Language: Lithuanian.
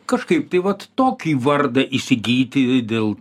kažkaip tai vat tokį vardą įsigyti dėl